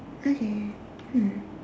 okay mm